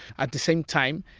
at the same time,